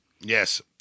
Yes